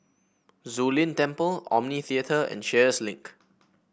Zu Lin Temple Omni Theatre and Sheares Link